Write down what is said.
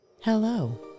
Hello